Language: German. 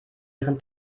ihren